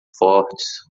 fortes